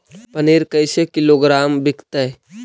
पनिर कैसे किलोग्राम विकतै?